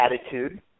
attitude